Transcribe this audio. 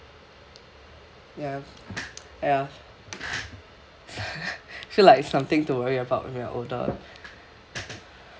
ya ya feel like something to worry about when we are older